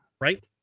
right